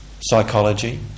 psychology